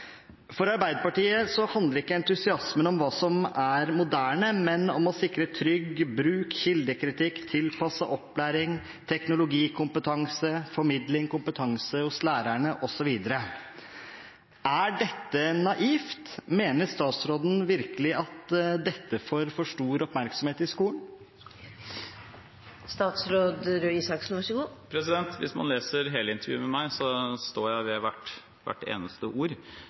men om å sikre trygg bruk, kildekritikk, tilpasset opplæring, teknologikompetanse, formidling, kompetanse hos lærerne osv. Er dette naivt? Mener statsråden virkelig at dette får for stor oppmerksomhet i skolen? Hvis man leser hele intervjuet med meg, står jeg ved hvert eneste ord.